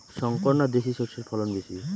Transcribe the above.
শংকর না দেশি সরষের ফলন বেশী?